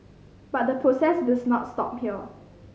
but the process does not stop here